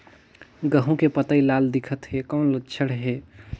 गहूं के पतई लाल दिखत हे कौन लक्षण हे?